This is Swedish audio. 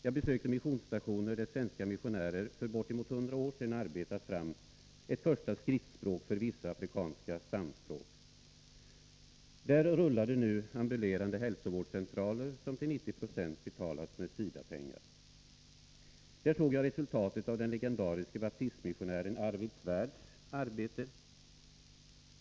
Jag besökte missionsstationer, där svenska missionärer för bortemot hundra år sedan arbetat fram ett första skriftspråk för vissa afrikanska stamspråk. Där rullade nu ambulerande hälsovårdscentraler, som till 90 96 betalats med SIDA-pengar. Där såg jag resultat av den legendariske baptistmissionären Arvid Svärds arbete.